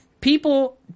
People